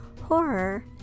horror